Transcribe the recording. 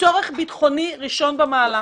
כצורך ביטחוני ראשון במעלה.